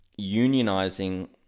unionizing